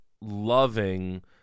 loving